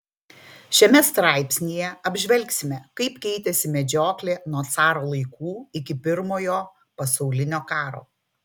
šiame straipsnyje apžvelgsime kaip keitėsi medžioklė nuo caro laikų iki pirmojo pasaulinio karo